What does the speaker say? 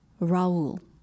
raul